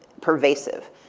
pervasive